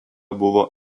buvo